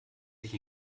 sich